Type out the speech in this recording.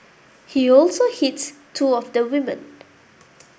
he also hits two of the women